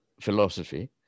philosophy